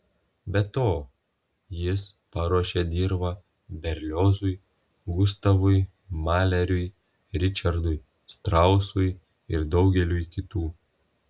be to jis paruošė dirvą berliozui gustavui maleriui ričardui strausui ir daugeliui kitų